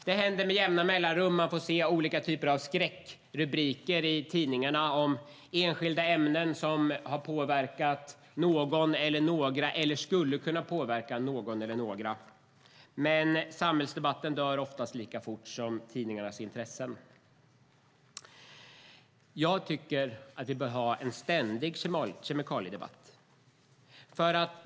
Det händer med jämna mellanrum att man får se olika typer av skräckrubriker i tidningarna om enskilda ämnen som har påverkat någon eller några eller som skulle kunna påverka någon eller några. Men samhällsdebatten dör oftast lika fort som tidningarnas intresse. Jag tycker att vi bör ha en ständig kemikaliedebatt.